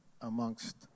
amongst